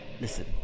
listen